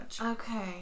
Okay